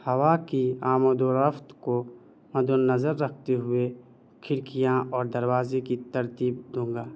ہوا کی آمد و رفت کو مدِ نظر رکھتے ہوئے کھڑکیاں اور دروازے کی ترتیب دوں گا